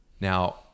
now